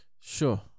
Sure